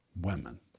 women